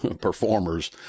performers